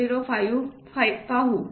005 पाहू